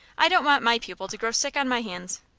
i don't want my pupil to grow sick on my hands.